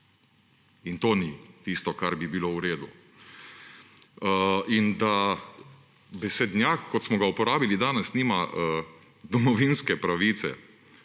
To ni tisto, kar bi bilo v redu. In da besednjak, kot smo ga uporabili danes, nima domovinske pravice.